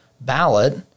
ballot